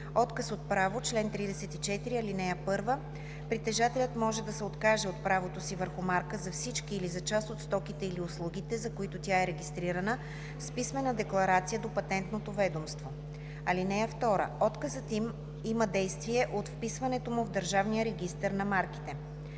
„Отказ от право Чл. 34. (1) Притежателят може да се откаже от правото си върху марка за всички или за част от стоките или услугите, за които тя е регистрирана, с писмена декларация до Патентното ведомство. (2) Отказът има действие от вписването му в Държавния регистър на марките.